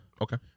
Okay